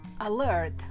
alert